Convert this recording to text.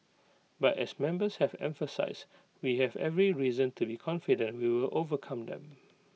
but as members have emphasised we have every reason to be confident we will overcome them